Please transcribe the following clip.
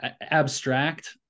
abstract